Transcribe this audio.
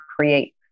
create